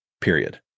period